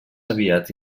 aviat